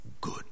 good